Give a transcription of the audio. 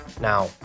Now